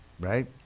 Right